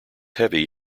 heavy